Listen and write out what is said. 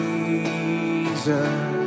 Jesus